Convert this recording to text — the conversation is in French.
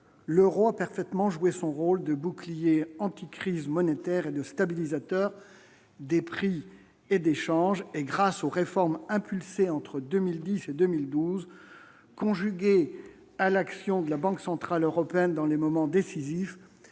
le roi parfaitement joué son rôle de bouclier anti-crise monétaire et de stabilisateur des prix et d'échanges, et grâce aux réformes impulsées entre 2010 et 2012, conjugué à l'action de la Banque centrale européenne dans les moments décisifs,